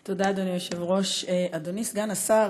תודה, אדוני היושב-ראש, אדוני סגן השר,